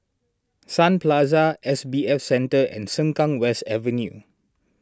Sun Plaza S B F Center and Sengkang West Avenue